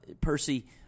Percy